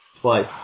Twice